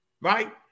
Right